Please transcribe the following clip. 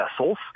vessels